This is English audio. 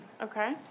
Okay